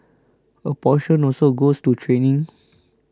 a portion also goes to training